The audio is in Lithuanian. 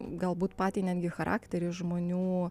galbūt patį netgi charakterį žmonių